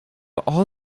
all